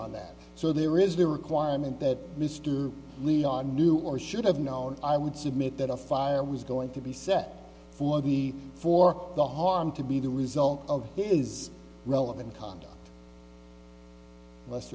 on that so there is no requirement that mr leon knew or should have known i would submit that a fire was going to be set for the for the harm to be the result is relevant conduct less